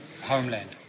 homeland